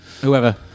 whoever